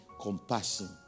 compassion